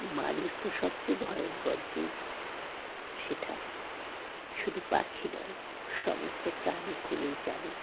মানুষ তো সবচেয়ে ভয়ঙ্কর জীব সেটা শুধু পাখি নয় সমস্ত প্রাণীগুলোই জানে